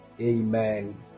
Amen